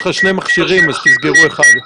יש לך שני מכשירים, אז תסגור אחד.